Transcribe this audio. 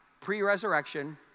pre-resurrection